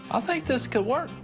i think this could work.